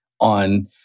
on